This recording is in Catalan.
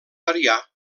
variar